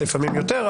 לפעמים יותר,